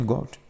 God